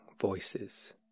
Voices